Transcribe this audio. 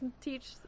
teach